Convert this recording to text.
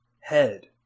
Head